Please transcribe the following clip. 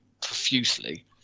profusely